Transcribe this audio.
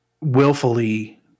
willfully